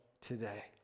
today